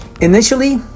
Initially